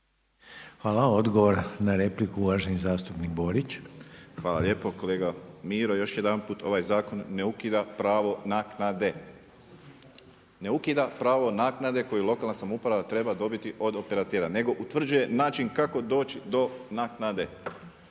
Hvala. Odgovor na repliku uvaženi zastupnik Borić. **Borić, Josip (HDZ)** Hvala lijepo. Kolega Miro, još jedanput ovaj zakon ne ukida pravo na naknade. Ne ukida pravo naknade koji lokalna samouprava treba dobiti od operatera, nego utvrđuje način kako doći do naknade.